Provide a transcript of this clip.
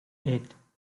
eight